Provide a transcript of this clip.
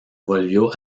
volvió